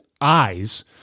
eyes